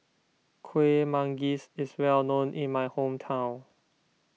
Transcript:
Kueh Manggis is well known in my hometown